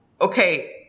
Okay